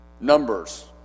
Numbers